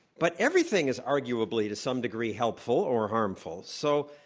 but everything is arguably, to some degree, helpful or harmful. so,